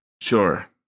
Sure